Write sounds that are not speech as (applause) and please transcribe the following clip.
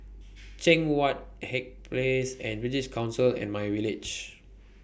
Cheang Wan (unintelligible) Place British Council and MyVillage